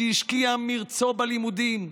שהשקיע מרצו בלימודים,